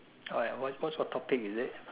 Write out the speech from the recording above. oh ya what's what's your topic is it